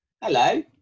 Hello